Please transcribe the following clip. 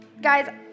Guys